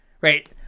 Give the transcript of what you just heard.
right